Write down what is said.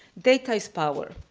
data is power,